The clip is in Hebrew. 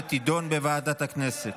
ותידון בוועדת הכנסת.